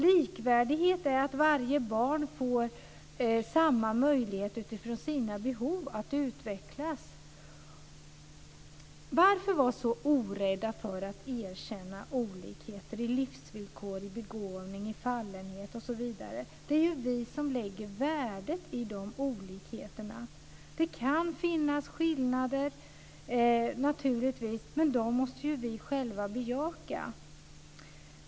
Likvärdighet är att varje barn får samma möjligheter att utvecklas utifrån sina behov. Varför vara så rädda för att erkänna olikheter i livsvillkor, i begåvning, i fallenhet osv.? Det är ju vi som lägger värdet i de olikheterna. Det kan naturligtvis finnas skillnader, men dem måste vi själva bejaka.